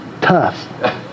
tough